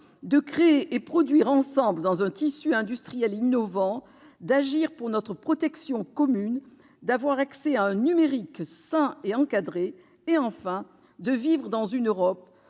de créer et de produire ensemble dans un tissu industriel innovant, d'agir pour notre protection commune, d'avoir accès à un numérique sain et encadré et, enfin, de vivre dans une Europe